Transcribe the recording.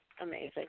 amazing